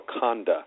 Wakanda